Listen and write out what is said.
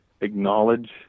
acknowledge